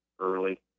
early